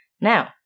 Now